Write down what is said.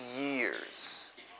years